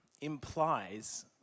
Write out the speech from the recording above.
implies